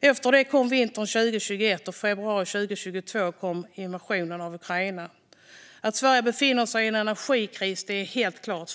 Efter detta kom vintern 2021, och i februari 2022 kom invasionen av Ukraina. Att Sverige befinner sig i en energikris är helt klart.